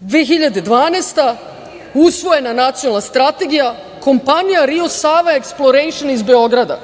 godine usvojena Nacionalna strategija, kompanija „Rio Sava Exploration“ iz Beograda